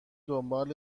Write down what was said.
دنبال